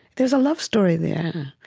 there's a love story there.